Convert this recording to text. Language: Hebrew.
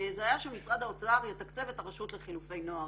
זה היה שמשרד האוצר יתקצב את הרשות לחילופי נוער,